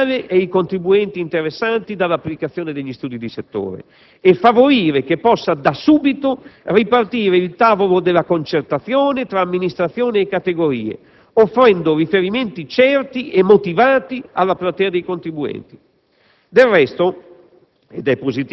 nel rapporto tra l'amministrazione fiscale e i contribuenti interessati dall'applicazione degli studi di settore e far sì che possa da subito ripartire il tavolo della concertazione tra amministrazioni e categorie, offrendo riferimenti certi e motivati alla platea dei contribuenti.